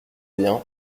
bien